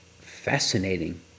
fascinating